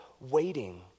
waiting